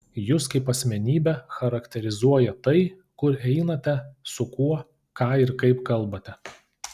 jus kaip asmenybę charakterizuoja tai kur einate su kuo ką ir kaip kalbate